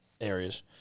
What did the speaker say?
areas